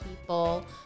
people